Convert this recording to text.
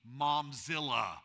Momzilla